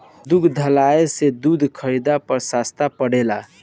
दुग्धालय से दूध खरीदला पर सस्ता पड़ेला?